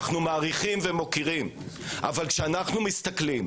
אנו מעריכים ומוקירים אבל כשאנו מסתכלים